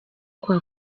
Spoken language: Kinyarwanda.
kwa